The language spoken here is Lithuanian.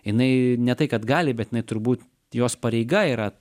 jinai ne tai kad gali bet inai turbūt jos pareiga yra